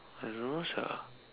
I don't know sia